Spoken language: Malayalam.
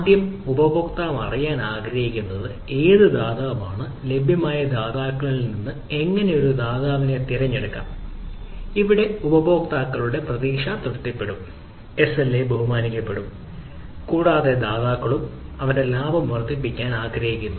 ആദ്യം ഉപഭോക്താവ് അറിയാൻ ആഗ്രഹിക്കുന്നത് ഏത് ദാതാവാണ് ലഭ്യമായ ദാതാക്കളിൽ നിന്ന് എങ്ങനെ ഒരു ദാതാവിനെ തിരഞ്ഞെടുക്കാം അവിടെ ഉപഭോക്താക്കളുടെ പ്രതീക്ഷ തൃപ്തിപ്പെടും SLA ബഹുമാനിക്കപ്പെടും കൂടാതെ ദാതാക്കളും അവന്റെ ലാഭം വർദ്ധിപ്പിക്കാൻ ആഗ്രഹിക്കുന്നു